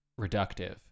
reductive